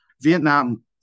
Vietnam